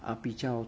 ah 比较